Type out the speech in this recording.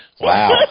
Wow